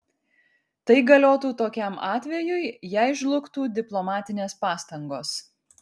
tai galiotų tokiam atvejui jei žlugtų diplomatinės pastangos